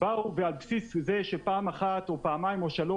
באו על בסיס זה שפעם אחת או פעמיים או שלוש